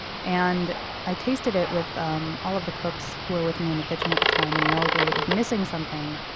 and i tasted it with um all of the cooks who are with me in the kitchen at the time, and we all agreed it was missing something,